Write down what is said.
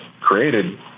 created